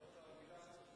שלוש